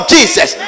Jesus